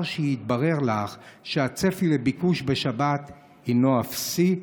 שהתברר לך שהצפי לביקוש בשבת הוא אפסי,